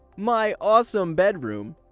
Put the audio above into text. my awesome bedroom!